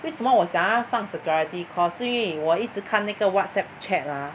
为什么我想要上 security course 是因为我一直看那个 Whatsapp chat ah